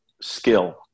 skill